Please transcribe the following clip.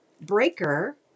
Breaker